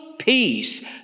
Peace